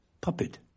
puppet